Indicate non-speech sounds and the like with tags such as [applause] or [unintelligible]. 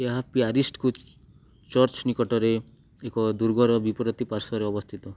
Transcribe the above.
ଏହା [unintelligible] ଚର୍ଚ୍ଚ ନିକଟରେ ଏକ ଦୁର୍ଗରେ ବିପରୀତ ପାର୍ଶ୍ୱରେ ଅବସ୍ଥିତ